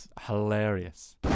hilarious